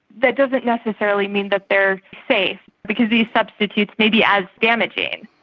that doesn't necessarily mean that they are safe because these substitutes may be as damaging.